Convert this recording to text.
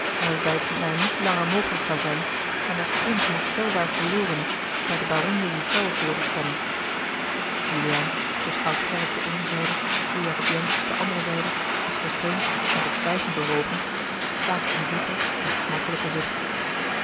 en waarbij het mij niet langer mogelijk zou zijn hem als onherstelbaar verlorene bij den baron de ghiselles voor te stellen juliaan door schout gerrit ter eener zijde door jacob jansz ter andere als gesteund en tot zwijgen bewogen slaakte een diepen en smartelijken zucht